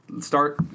start